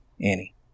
Annie